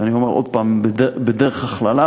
אני אומר עוד פעם בדרך הכללה,